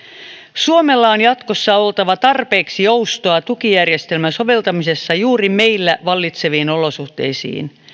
suomella on jatkossa oltava tarpeeksi joustoa tukijärjestelmän soveltamisessa juuri meillä vallitseviin olosuhteisiin